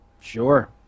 Sure